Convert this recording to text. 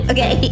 Okay